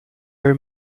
her